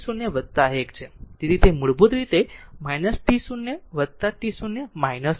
તેથી તે મૂળભૂત રીતે છે t0 t0 1